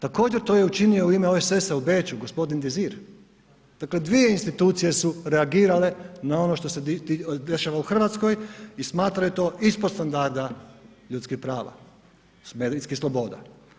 Također to je učinio u ime OSSA u Beču gospodin Dizir, dakle dvije institucije su reagirale na ono što se dešava u Hrvatskoj i smatraju to ispod standarda ljudskih prava medijskih sloboda.